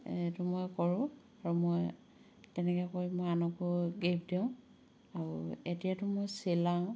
এইটো মই কৰোঁ আৰু মই তেনেকে কৰি মই আনকো গিফ্ট দিওঁ আৰু এতিয়াটো মই চিলাওঁ